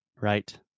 right